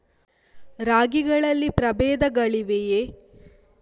ರಾಗಿಗಳಲ್ಲಿ ಪ್ರಬೇಧಗಳಿವೆಯೇ?